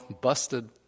busted